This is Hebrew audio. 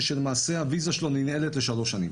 זה שלמעשה הוויזה שלו ננעלת לשלוש שנים.